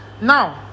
Now